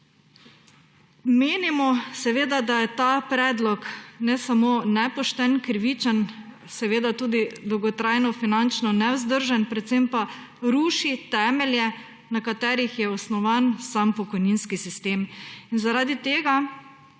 Menimo, da ta predlog ni samo nepošten, krivičen, seveda tudi dolgotrajno finančno nevzdržen, predvsem pa ruši temelje, na katerih je osnovan sam pokojninski sistem. In zaradi tega,